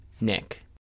Nick